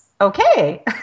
okay